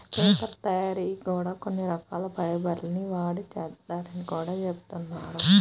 paper తయ్యారీ కూడా కొన్ని రకాల ఫైబర్ ల్ని వాడి చేత్తారని గూడా జెబుతున్నారు